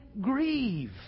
grieve